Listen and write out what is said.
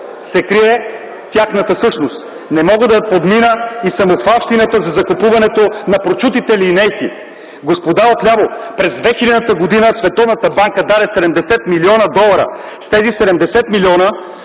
се крие тяхната същност. Не мога да подмина и самохвалщината за закупуването на прочутите линейки. Господа отляво, през 2000 г. Световната банка даде 70 млн. долара. С тези 70 милиона